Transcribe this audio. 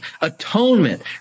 atonement